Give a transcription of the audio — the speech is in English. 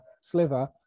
sliver